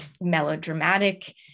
melodramatic